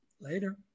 Later